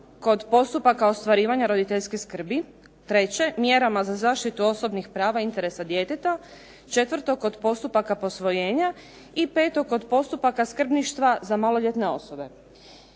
kod postupaka ostvarivanja roditeljske skrbi, 3. mjerama za zaštitu osobnih prava i interesa djeteta, 4. kod postupaka posvojenja i 5. kod postupaka skrbništva za maloljetne osobe.